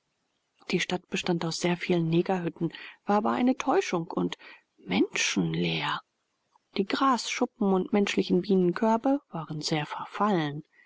die stadt bestand aus sehr vielen negerhütten war aber eine täuschung und menschenleer die grasschuppen und menschlichen bienenkörbe waren sehr verfallen